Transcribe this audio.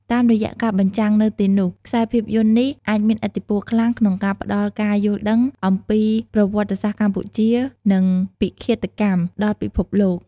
តាមរយៈការបញ្ចាំងនៅទីនោះ ខ្សែភាពយន្តនេះអាច មានឥទ្ធិពលខ្លាំងក្នុងការផ្ដល់ការយល់ដឹងអំពីប្រវត្តិសាស្ត្រកម្ពុជា និងពិឃាតកម្ម ដល់ពិភពលោក។